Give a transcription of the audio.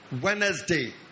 Wednesday